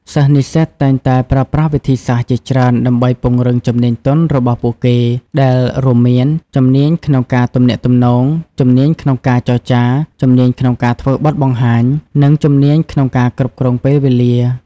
សិស្សនិស្សិតតែងតែប្រើប្រាស់វិធីសាស្រ្តជាច្រើនដើម្បីពង្រឹងជំនាញទន់របស់ពួកគេ ដែលរួមមាន ជំនាញក្នុងការទំនាក់ទំនង, ជំនាញក្នុងការចរចា, ជំនាញក្នុងការធ្វើបទបង្ហាញ និងជំនាញក្នុងការគ្រប់គ្រងពេលវេលា។